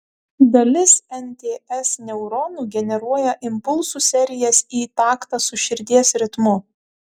dalis nts neuronų generuoja impulsų serijas į taktą su širdies ritmu